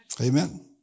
Amen